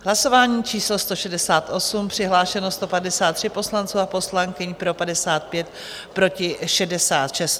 Hlasování číslo 168, přihlášeno 153 poslanců a poslankyň, pro 55, proti 66.